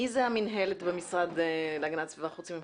מי זה המינהלת במשרד להגנת הסביבה חוץ ממך?